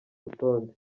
rutonde